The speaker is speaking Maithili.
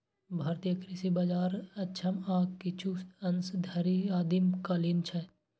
भारतीय कृषि बाजार अक्षम आ किछु अंश धरि आदिम कालीन छै